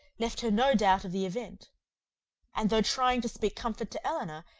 left her no doubt of the event and though trying to speak comfort to elinor,